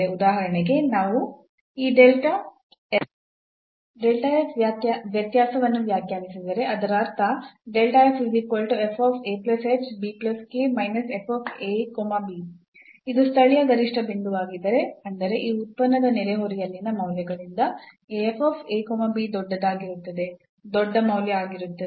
ಉದಾಹರಣೆಗೆ ನಾವು ಈ delta f ವ್ಯತ್ಯಾಸವನ್ನು ವ್ಯಾಖ್ಯಾನಿಸಿದರೆ ಅದರ ಅರ್ಥ ಇದು ಸ್ಥಳೀಯ ಗರಿಷ್ಠ ಬಿಂದುವಾಗಿದ್ದರೆ ಅಂದರೆ ಈ ಉತ್ಪನ್ನದ ನೆರೆಹೊರೆಯಲ್ಲಿನ ಮೌಲ್ಯಗಳಿಂದ ಈ ದೊಡ್ಡದಾಗಿರುತ್ತದೆ ದೊಡ್ಡ ಮೌಲ್ಯ ಆಗಿರುತ್ತದೆ